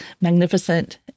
magnificent